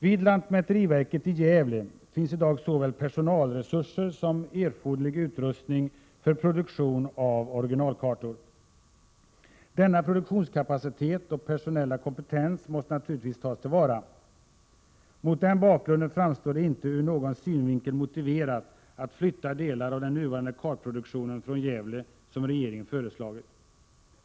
Vid lantmäteriverket i Gävle finns i dag såväl personalresurser som erforderlig utrustning för produktion av originalkartor. Denna produktionskapacitet och personella kompetens måste naturligtvis tas till vara. Mot den bakgrunden framstår det inte ur någon synvinkel motiverat att flytta delar av den nuvarande kartproduktionen från Gävle, vilket regeringen har föreslagit.